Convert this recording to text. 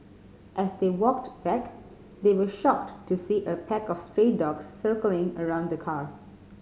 as they walked back they were shocked to see a pack of stray dogs circling around the car